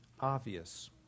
obvious